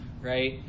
right